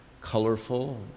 colorful